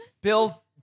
bill